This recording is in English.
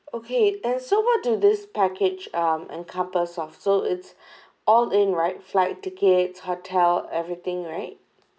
okay then so what do this package um encompass of so it's all in right flight tickets hotel everything right